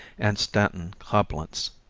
and stanton coblentz